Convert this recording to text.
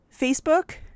Facebook